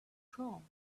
chrome